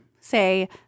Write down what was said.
say